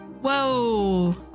Whoa